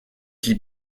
qui